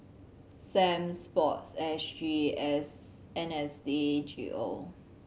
Sam SPORTSG S N S D G O